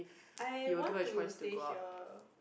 I want to stay here